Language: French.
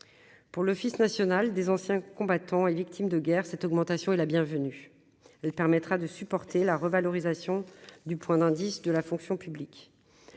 pour l'Office national des anciens combattants et victimes de guerre, cette augmentation est la bienvenue, elle permettra de supporter la revalorisation du point d'indice de la fonction publique,